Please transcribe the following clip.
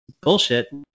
bullshit